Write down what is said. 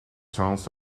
towns